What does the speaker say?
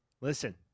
Listen